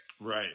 Right